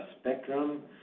spectrum